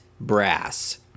brass